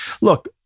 look